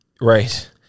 Right